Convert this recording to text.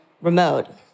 remote